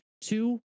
Two